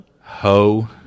Ho